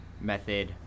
method